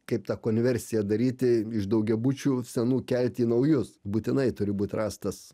kaip tą konversiją daryti iš daugiabučių senų kelti į naujus būtinai turi būt rastas